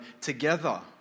together